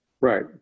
Right